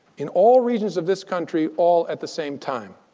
in all regions of this country all at the same time?